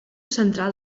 central